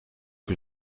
que